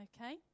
Okay